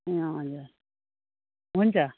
ए हजुर हुन्छ